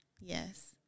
Yes